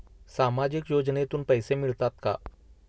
सामाजिक योजनेतून पैसे मिळतात का?